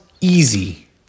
easy